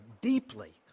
deeply